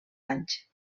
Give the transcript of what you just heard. anys